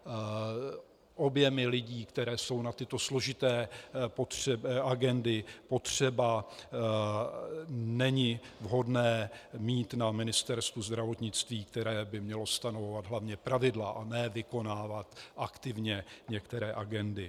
A objemy lidí, které jsou na tyto složité agendy potřeba, není vhodné mít na Ministerstvu zdravotnictví, které by mělo stanovovat hlavně pravidla, a ne vykonávat aktivně některé agendy.